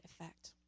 effect